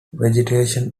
vegetation